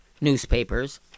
newspapers